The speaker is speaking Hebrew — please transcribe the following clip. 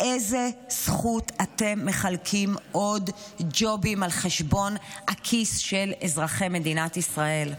באיזו זכות אתם מחלקים עוד ג'ובים על חשבון הכיס של אזרחי מדינת ישראל?